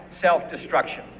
self-destruction